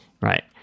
Right